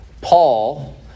paul